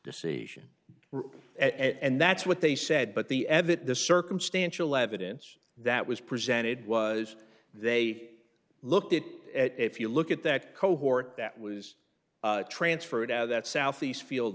decision and that's what they said but the edit the circumstantial evidence that was presented was they looked at it if you look at that cohort that was transferred out of that southeast field